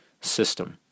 system